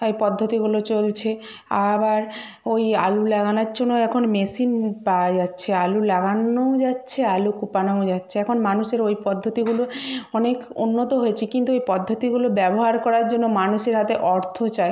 এই পদ্ধতিগুলো চলছে আবার ওই আলু লাগানোর জন্যও এখন মেশিন পাওয়া যাচ্ছে আলু লাগানোও যাচ্ছে আলু কোপানোও যাচ্ছে এখন মানুষের ওই পদ্ধতিগুলো অনেক উন্নত হয়েছে কিন্তু ওই পদ্ধতিগুলো ব্যবহার করার জন্য মানুষের হাতে অর্থ চাই